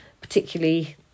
particularly